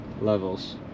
levels